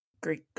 Greek